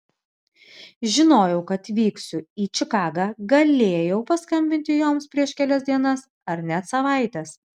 žinojau kad vyksiu į čikagą galėjau paskambinti joms prieš kelias dienas ar net savaites